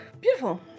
Beautiful